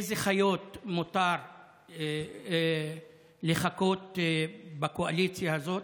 איזה חיות מותר לחקות בקואליציה הזאת?